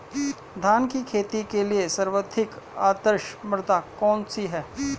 धान की खेती के लिए सर्वाधिक आदर्श मृदा कौन सी है?